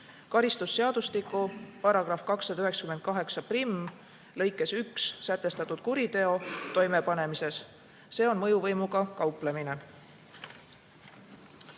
karistusseadustiku § 2981lõikes 1 sätestatud kuriteo toimepanemises. See on mõjuvõimuga kauplemine.